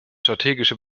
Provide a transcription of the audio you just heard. strategische